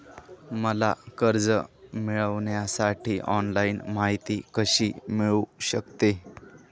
मला कर्ज मिळविण्यासाठी ऑनलाइन माहिती कशी मिळू शकते?